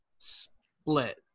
split